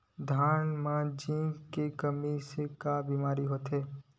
धान म जिंक के कमी से का बीमारी होथे?